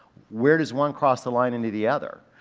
where does one cross the line into the other?